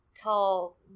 Tall